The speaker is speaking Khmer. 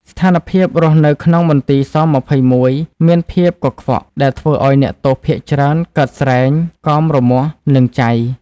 ស្ថានភាពរស់នៅក្នុងមន្ទីរ ស-២១ មានភាពកខ្វក់ ដែលធ្វើឱ្យអ្នកទោសភាគច្រើនកើតស្រែង កមរមាស់ និងចៃ ។